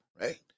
right